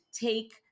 take